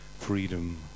freedom